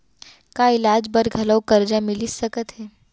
का इलाज बर घलव करजा मिलिस सकत हे?